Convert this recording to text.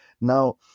Now